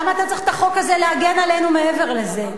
למה אתה צריך את החוק הזה להגן עלינו מעבר לזה?